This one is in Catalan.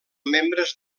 membres